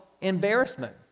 embarrassment